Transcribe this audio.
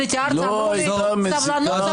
כשעליתי ארצה אמרו לי: סבלנות,